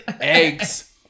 eggs